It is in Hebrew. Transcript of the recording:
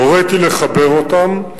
הוריתי לחבר אותם.